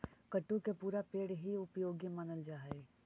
कुट्टू के पुरा पेड़ हीं उपयोगी मानल जा हई